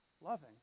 loving